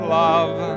love